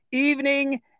Evening